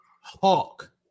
hawk